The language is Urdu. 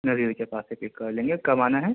دریا گنج کے پاس سے پک کر لیں گے کب آنا ہے